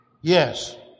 yes